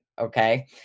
okay